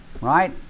Right